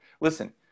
Listen